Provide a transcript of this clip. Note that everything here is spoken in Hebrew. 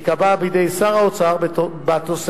שייקבע בידי שר האוצר בתוספת,